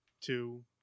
two